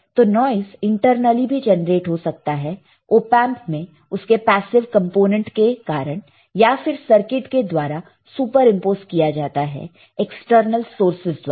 तो noise internally भी generate हो सकता है ओपएंप में उसके पैसीव कंपोनेंट के कारण या फिर सर्किट के द्वारा सुपरइंपोस किया जाता है एक्सटर्नल सोर्सस द्वारा